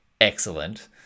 excellent